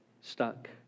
stuck